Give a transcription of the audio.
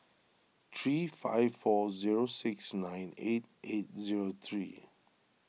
three five four zero six nine eight eight zero three